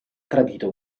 tradito